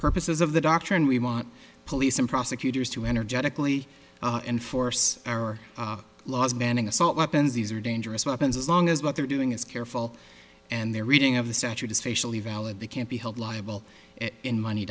purposes of the doctrine we want police and prosecutors to energetically enforce our laws banning assault weapons these are dangerous weapons as long as what they're doing is careful and their reading of the statute is facially valid they can't be held liable in money